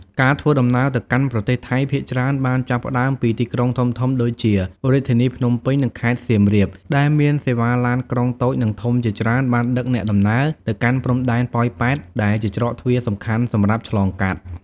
ការធ្វើដំណើរទៅកាន់ប្រទេសថៃភាគច្រើនបានចាប់ផ្តើមពីទីក្រុងធំៗដូចជារាជធានីភ្នំពេញនិងខេត្តសៀមរាប ដែលមានសេវាឡានក្រុងតូចនិងធំជាច្រើនបានដឹកអ្នកដំណើរទៅកាន់ព្រំដែនប៉ោយប៉ែត ដែលជាច្រកទ្វារសំខាន់សម្រាប់ឆ្លងកាត់។